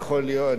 יכול להיות,